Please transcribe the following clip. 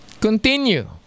continue